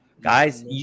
Guys